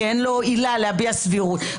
כי אין לו עילה להביע סבירות.